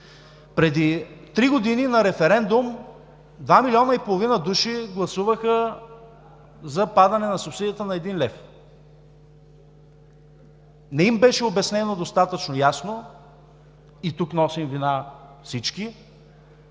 Преди три години на референдум 2,5 млн. души гласуваха за падане на субсидията на 1 лв. – не им беше обяснено достатъчно ясно, и тук носим вина всички,